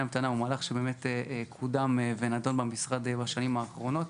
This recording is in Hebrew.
המתנה הוא מהלך שבאמת קודם ונדון במשרד בשנים האחרונות,